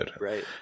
Right